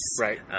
Right